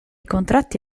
contratti